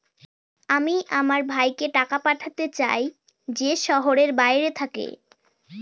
আমি আমার ভাইকে টাকা পাঠাতে চাই যে শহরের বাইরে থাকে